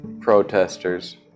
protesters